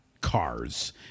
cars